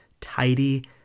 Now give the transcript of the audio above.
tidy